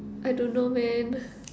I don't know man